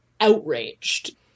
outraged